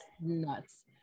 nuts